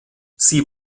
sie